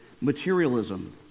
materialism